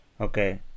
Okay